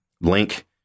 link